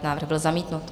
Návrh byl zamítnut.